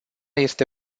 este